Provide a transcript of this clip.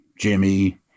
Jimmy